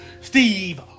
Steve